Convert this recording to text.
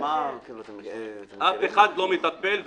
אף אחד לא מטפל.